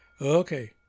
Okay